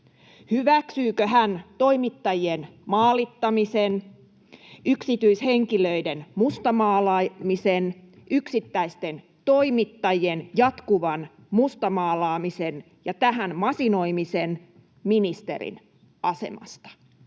hyväksyykö hän toimittajien maalittamisen, yksityishenkilöiden mustamaalaamisen, yksittäisten toimittajien jatkuvan mustamaalaamisen ja tähän masinoimisen ministerin asemasta.